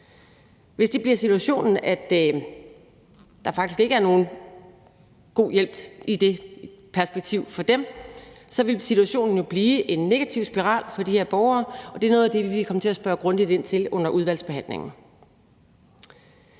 Hvis det bliver situationen, at der faktisk ikke er nogen god hjælp i det perspektiv for dem, så vil situationen jo blive en negativ spiral for de her borgere, og det er noget af det, vi vil komme til at spørge grundigt ind til under udvalgsbehandlingen.